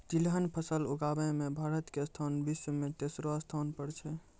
तिलहन फसल उगाबै मॅ भारत के स्थान विश्व मॅ तेसरो स्थान पर छै